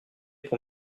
pour